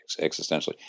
existentially